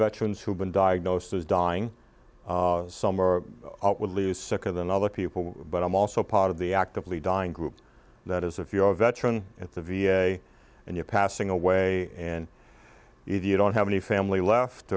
veterans who've been diagnosed as dying summer would lose sicker than other people but i'm also part of the actively dying group that is if you're a veteran at the v a and you're passing away and if you don't have any family left